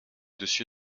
dessus